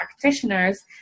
practitioners